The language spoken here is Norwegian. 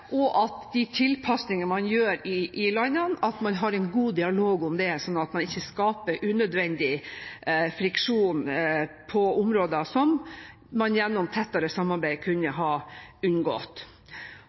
man må ha en god dialog om de tilpasningene man gjør i landene, sånn at man ikke skaper unødvendig friksjon på områder som man gjennom tettere samarbeid kunne